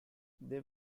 they